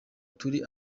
turi